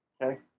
Okay